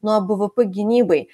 nuo bvp gynybai